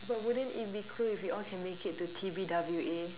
but wouldn't it be cool if we all can make it to T_B_W_A